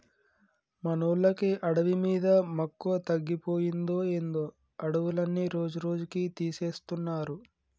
మనోళ్ళకి అడవి మీద మక్కువ తగ్గిపోయిందో ఏందో అడవులన్నీ రోజురోజుకీ తీసేస్తున్నారు